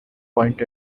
point